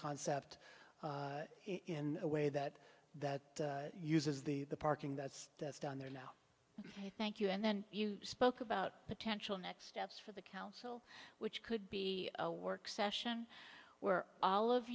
concept in a way that that uses the parking that's that's down there now thank you and then you spoke about potential next steps for the council which could be a work session where all of